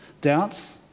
doubts